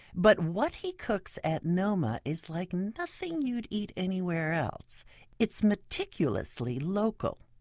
but what he cooks at noma is like nothing you'd eat anywhere else it's meticulously local.